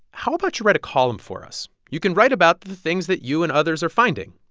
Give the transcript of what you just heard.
how about you write a column for us? you can write about the things that you and others are finding.